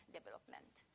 development